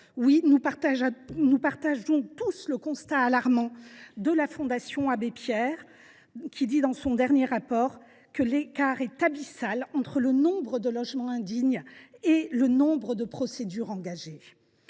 Oui, nous partageons tous le constat alarmant qu’a fait la Fondation Abbé Pierre dans son dernier rapport :« L’écart [est] abyssal entre le nombre de logements indignes et le nombre de procédures engagées.